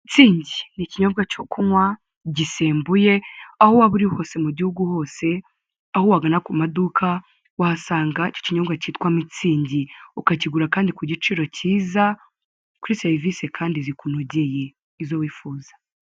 Mitsingi ni ikinyobwa cyo kunywa gisembuye aho waba uri hose mu gihugu hose, aho wagana ku maduka wahasanga ikinyobwa cyitwa mitsinzi ukakigura kandi ku giciro cyiza, kuri serivisi kandi zikunogeye izo wifuza.